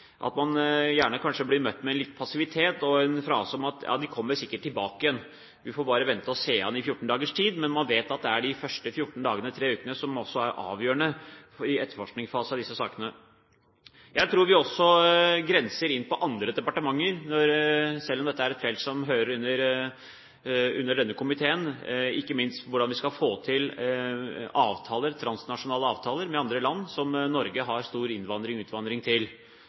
at man kanskje blir møtt med litt passivitet og en frase om at de kommer sikkert tilbake igjen, vi får bare vente og se det an en 14 dagers tid. Men man vet at det er de første 14 dagene eller tre ukene som altså er avgjørende i etterforskningsfasen i disse sakene. Jeg tror vi også grenser inn på andre departementer her selv om dette er et felt som hører inn under denne komiteen, ikke minst med tanke på hvordan vi skal få til avtaler, transnasjonale avtaler, med andre land som Norge har stor innvandring fra og utvandring til.